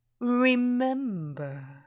Remember